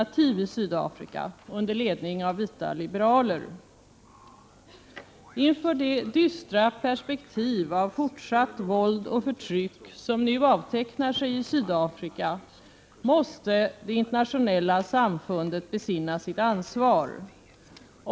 je namnkunnig medSydafrika öch Inför det dystra perspektiv av fortsatt våld och förtryck som nu avtecknar sig i Sydafrika måste det internationella samfundet besinna sitt ansvar.